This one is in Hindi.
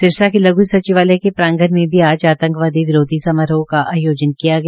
सिरसा के लघ् सचिवालय के प्रांगण में ही आज आतंकवाद विरोधी समारोह का आयोजन किया गया